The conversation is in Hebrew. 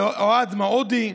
לאוהד מעודי,